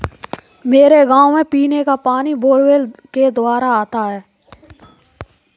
मेरे गांव में पीने का पानी बोरवेल के द्वारा आता है